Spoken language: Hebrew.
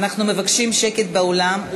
אנחנו מבקשים שקט באולם,